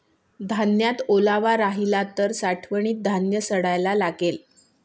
धान्यात ओलावा राहिला तर साठवणीत धान्य सडायला लागेल